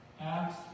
Acts